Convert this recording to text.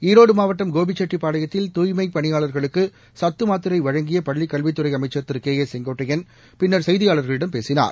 ஈரோடு மாவட்டம் கோபிச்செட்டிபாளையத்தில் தூய்மைப் பணியாளா்களுக்கு சத்து மாத்திரை வழங்கிய பள்ளிக் கல்வித்துறை அமைச்சர் திரு கே ஏ செங்கோட்டையன் பின்னர் செய்தியாளர்களிடம் பேசினார்